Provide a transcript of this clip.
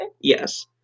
Yes